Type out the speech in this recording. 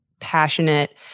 passionate